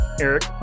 Eric